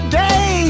day